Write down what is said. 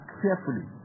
carefully